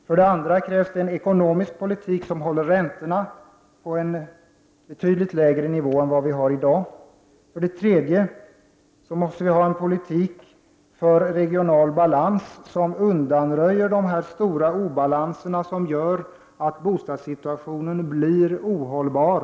För det andra krävs en ekonomisk politik som håller räntorna på en betydligt lägre nivå än som i dag är fallet. För det tredje måste vi ha en politik för regional balans som undanröjer de stora obalanserna som gör att bostadssituationen blir ohållbar.